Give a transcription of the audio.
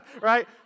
right